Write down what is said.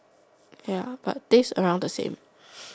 ya but base around the same